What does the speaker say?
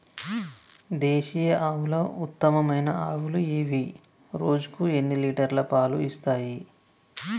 దేశీయ ఆవుల ఉత్తమమైన ఆవులు ఏవి? రోజుకు ఎన్ని లీటర్ల పాలు ఇస్తాయి?